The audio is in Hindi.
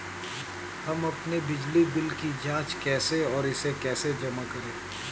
हम अपने बिजली बिल की जाँच कैसे और इसे कैसे जमा करें?